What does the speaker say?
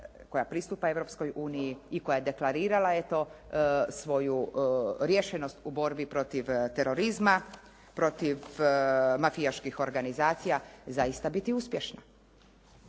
koja pristupa Europskoj uniji i koja je deklarirala eto svoju riješenost u borbi protiv terorizma, protiv mafijaških organizacija zaista biti uspješna.